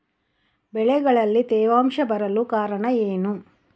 ಬೆಳೆಗಳಲ್ಲಿ ತೇವಾಂಶ ಬರಲು ಕಾರಣ ಏನು?